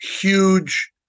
huge